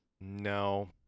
No